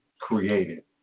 created